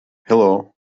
helo